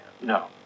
No